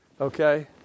Okay